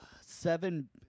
seven